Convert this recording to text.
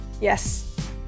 Yes